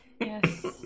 Yes